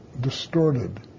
distorted